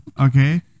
Okay